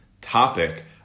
topic